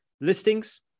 listings